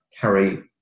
carry